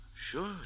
Sure